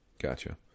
gotcha